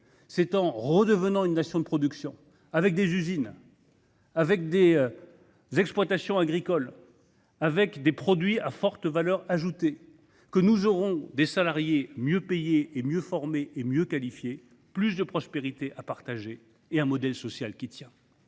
passées. En redevenant une Nation de production, avec des usines, des exploitations agricoles et des produits à forte valeur ajoutée, nous aurons des salariés mieux payés, mieux formés et mieux qualifiés, plus de prospérité à partager et un modèle social qui tient.